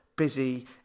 busy